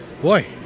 Boy